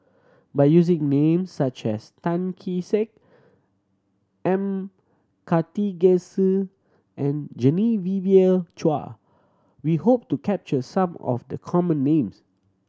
by using names such as Tan Kee Sek M Karthigesu and Genevieve Chua we hope to capture some of the common names